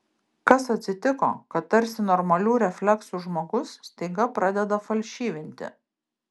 kas atsitiko kad tarsi normalių refleksų žmogus staiga pradeda falšyvinti